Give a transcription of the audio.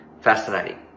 Fascinating